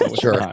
sure